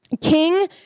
King